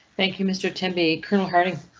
thank you mr tim be colonel harding.